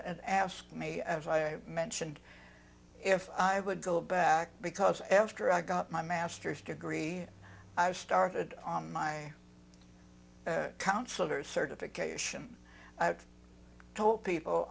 and asked me as i mentioned if i would go back because after i got my masters degree i started on my counselor certification i've told people